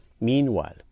Meanwhile